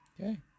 Okay